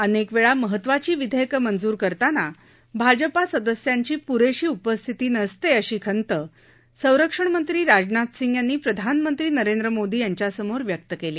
अनक्रिक्ती महत्त्वाची विध्यक्क मंजूर करताना भाजपा सदस्यांची पुरशी उपस्थिती नसतत अशी खंत संरक्षणमंत्री राजनाथ सिंग यांनी प्रधानमंत्री नरेंद्र मोदी यांच्यासमोर व्यक्त कली